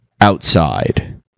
outside